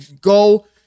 Go